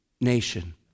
nation